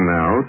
now